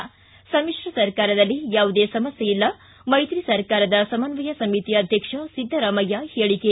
ಿ ಸಮಿತ್ರ ಸರ್ಕಾರದಲ್ಲಿ ಯಾವುದೇ ಸಮಸ್ಥೆಯಿಲ್ಲ ಮೈತ್ರಿ ಸರ್ಕಾರದ ಸಮನ್ವಯ ಸಮಿತಿ ಅಧ್ಯಕ್ಷ ಸಿದ್ದರಾಮಯ್ಯ ಹೇಳಿಕೆ